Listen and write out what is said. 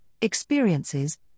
experiences